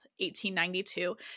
1892